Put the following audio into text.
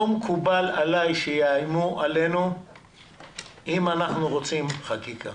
לא מקובל עלי שיאיימו עלינו אם אנחנו רוצים חקיקה.